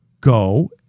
go